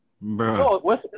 Bro